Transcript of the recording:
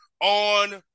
on